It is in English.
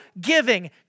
giving